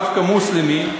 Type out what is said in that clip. דווקא מוסלמי,